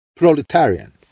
proletarian